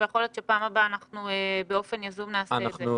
אבל יכול להיות שבפעם הבאה אנחנו באופן יזום נעשה את זה.